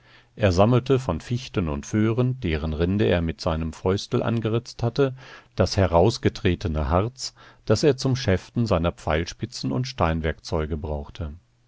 er sammelte von fichten und föhren deren rinde er mit seinem fäustel angeritzt hatte das herausgetretene harz das er zum schäften seiner pfeilspitzen und steinwerkzeuge brauchte